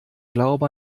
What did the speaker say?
glaube